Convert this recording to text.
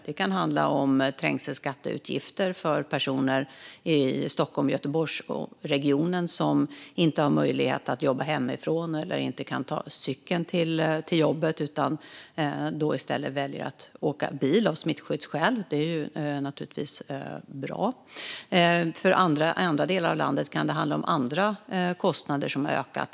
Det kan handla om trängselskatteutgifter för personer i Stockholms och Göteborgsregionerna som inte har möjlighet att jobba hemifrån eller inte kan ta cykeln till jobbet utan då i stället väljer att åka bil av smittskyddsskäl, vilket naturligtvis är bra. I andra delar av landet kan det handla om andra kostnader som har ökat.